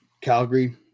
Calgary